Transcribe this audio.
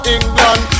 England